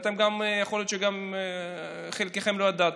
ויכול להיות שגם חלקכם לא ידעתם: